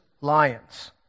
Lions